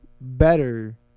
better